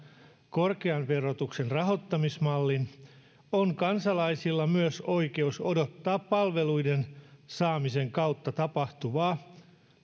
korkean verotuksen rahoittamismallin on kansalaisilla myös oikeus odottaa palveluiden saamisen kautta tapahtuvaa